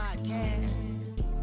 podcast